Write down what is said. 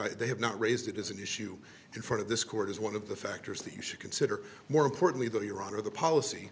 i they have not raised it is an issue in front of this court is one of the factors that you should consider more importantly that your honor the policy